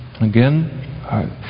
Again